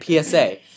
PSA